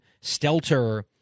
Stelter